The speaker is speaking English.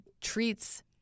treats